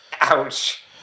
ouch